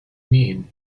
mean